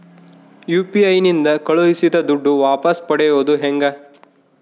UPI ನಿಂದ ಕಳುಹಿಸಿದ ದುಡ್ಡು ವಾಪಸ್ ಪಡೆಯೋದು ಹೆಂಗ?